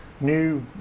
new